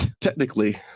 technically